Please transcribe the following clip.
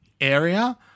area